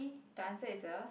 the answer is the